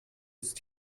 ist